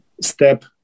step